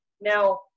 Now